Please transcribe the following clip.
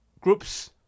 groups